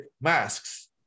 masks